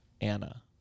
Anna